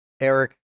Eric